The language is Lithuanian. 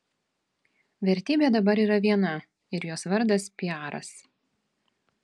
vertybė dabar yra viena ir jos vardas piaras